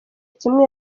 kimwe